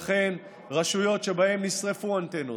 לכן רשויות שבהן נשרפו אנטנות,